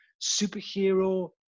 superhero